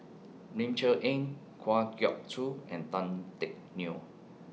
Ling Cher Eng Kwa Geok Choo and Tan Teck Neo